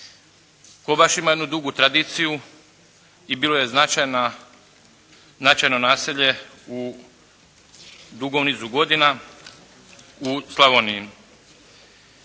Kobaš ima jednu dugu tradiciju i bilo je značajna, značajno naselje u dugom nizu godina u Slavoniji.